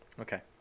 Okay